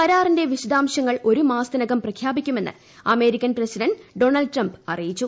കരാറിന്റെ വിശദാംശങ്ങൾ ഒരു മാസത്തിനകം പ്രഖ്യാപിക്കുമെന്ന് അമേരിക്കൻ പ്രസിഡന്റ് ഡൊണാൾഡ് ട്രംപ് അറിയിച്ചു